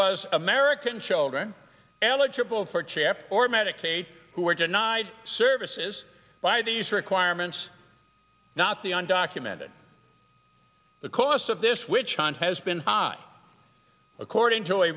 was american children eligible for chair or medicaid who were denied services by these requirements not the undocumented the cost of this which has been high according